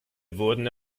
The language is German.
wurden